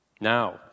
Now